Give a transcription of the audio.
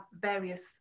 various